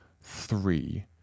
three